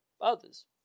others